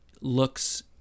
looks